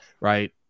Right